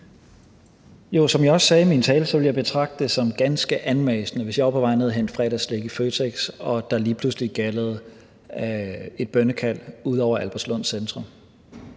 Som jeg også sagde i min tale, ville jeg betragte det som ganske anmassende, hvis jeg var på vej ned at hente fredagsslik i Føtex og et bønnekald lige pludselig gjaldede ud over Albertslund Centrum.